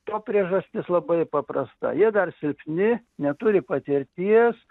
to priežastis labai paprasta jie dar silpni neturi patirties